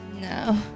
No